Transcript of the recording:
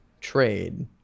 trade